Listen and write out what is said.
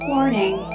Warning